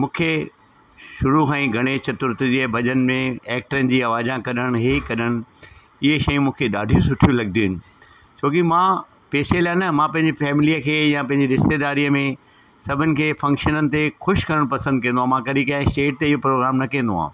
मूंखे शुरू खां ई गणेश चतुर्थी जे भॼन में एक्टिरन जी आवाजा कढणु इहे कढण इहे शइ मूंखे ॾाढियूं सुठियूं लॻंदियूं आहिनि छोकी मां पैसे लाइ न मां पंहिंजी फैमिलीअ खे या पंहिंजी रिश्तेदारीअ में सभिनि खे फंक्शननि ते ख़ुशि करणु पसंदि कंदो आहे मां कढी कंहिं स्टेज ते इहो प्रोग्राम न कंदो आहे